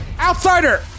Outsider